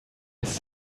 his